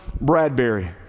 Bradbury